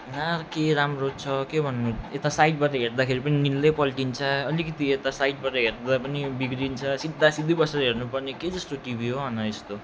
न के राम्रो छ के भन्नु यता साइडबाट हेर्दाखेरि पनि पल्टिन्छ अलिकति यता साइडबाट हेर्दा पनि बिग्रिन्छ सिधासिधी बसेर हेर्नुपर्ने के जस्तो टिभी हो अन यस्तो